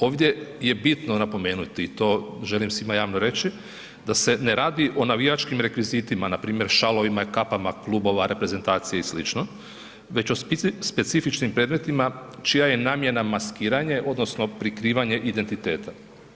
Ovdje je bitno napomenuti i to želim svima javno reći da se ne radi o navijačkim rekvizitima npr. šalovima i kapama klubova, reprezentacije i sl. već o i specifičnim predmetima čija je namjena maskiranje odnosno prikrivanje identiteta.